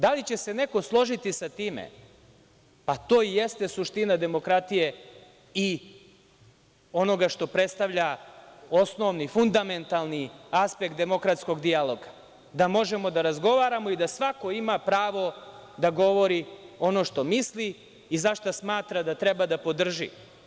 Da li će se neko složiti sa time, pa to i jeste suština demokratije i onoga što predstavlja osnovni, fundamentalni aspekt demokratskog dijaloga, da možemo da razgovaramo i da svako ima pravo da govori ono što misli i za šta smatra da treba da podrži.